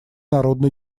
народно